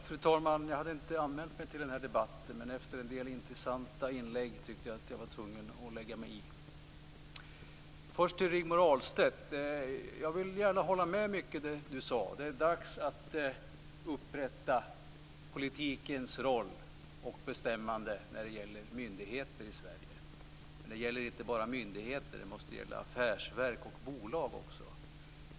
Fru talman! Jag hade inte anmält mig till den här debatten, men efter en del intressanta inlägg tyckte jag att jag var tvungen att lägga mig i. Först vill jag rikta mig till Rigmor Ahlstedt. Jag vill gärna hålla med mycket av det Rigmor Ahlstedt sade. Det är dags att upprätta politikens roll och bestämmande när det gäller myndigheter i Sverige. Det gäller inte bara myndigheter. Det måste också gälla affärsverk och bolag.